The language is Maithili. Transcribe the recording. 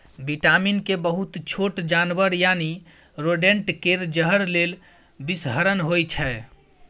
बिटामिन के बहुत छोट जानबर यानी रोडेंट केर जहर लेल बिषहरण होइ छै